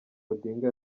odinga